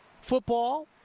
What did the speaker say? football